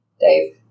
Dave